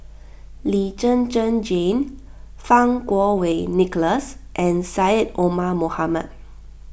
Lee Zhen Zhen Jane Fang Kuo Wei Nicholas and Syed Omar Mohamed